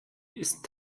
ist